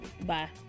bye